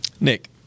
Nick